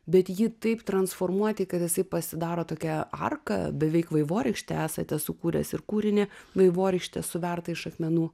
bet jį taip transformuoti kad jisai pasidaro tokia arka beveik vaivorykšte esate sukūręs ir kūrinį vaivorykštę suvertą iš akmenų